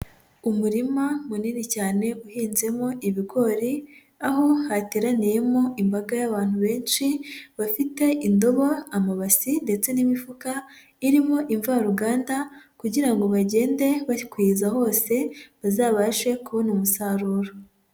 Umurima munini cyane uhinzemo ibigori, aho hateraniyemo imbaga y'abantu benshi bafite indobo, amabasi ndetse n'imifuka irimo imvaruganda kugira ngo bagende bakwiza hose bazabashe kubona umusaruro.